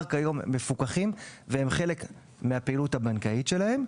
כיום והיא חלק מהפעילות הבנקאית שלהן.